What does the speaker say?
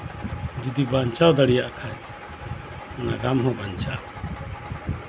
ᱡᱚᱫᱤ ᱵᱟᱧᱪᱟᱣ ᱫᱟᱲᱮᱭᱟᱜ ᱠᱷᱟᱡ ᱱᱟᱜᱟᱢ ᱦᱚᱸ ᱵᱟᱧᱪᱟᱜᱼᱟ